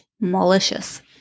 malicious